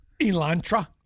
Elantra